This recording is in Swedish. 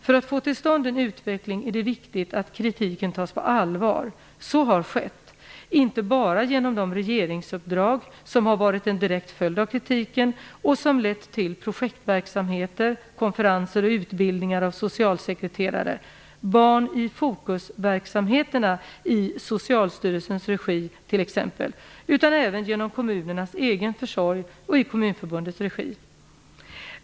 För att få till stånd en utveckling är det viktigt att kritiken tas på allvar. Så har skett. Inte bara genom de regeringsuppdrag som har varit en direkt följd av kritiken och som lett till projektverksamheter, konferenser och utbildningar av socialsekreterare - Barn i fokus-verksamheterna i Socialstyrelsens regi t.ex. - utan även genom kommunernas egen försorg och i Kommunförbundets regi.